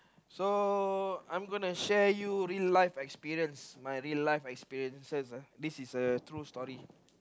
so I'm gonna share you real life experience my real life experience says uh this is a true story